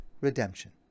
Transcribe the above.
redemption